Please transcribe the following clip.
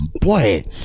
boy